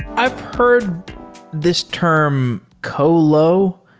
i've heard this term colo.